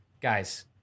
guys